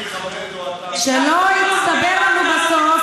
שהיא מחבלת או אתה, שלא יסתבר לנו בסוף,